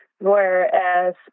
Whereas